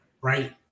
right